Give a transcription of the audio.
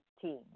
team